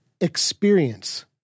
experience